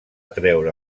treure